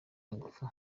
ingufu